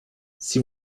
sie